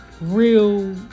real